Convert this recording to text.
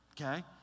okay